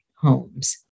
homes